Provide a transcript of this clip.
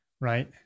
right